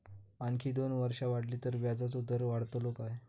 आणखी दोन वर्षा वाढली तर व्याजाचो दर वाढतलो काय?